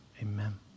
amen